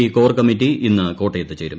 ക്ട്രോർ committee ഇന്ന് കോട്ടയത്ത് ചേരും